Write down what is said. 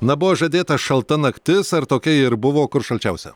na buvo žadėta šalta naktis ar tokia ji ir buvo kur šalčiausia